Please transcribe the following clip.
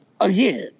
again